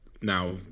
now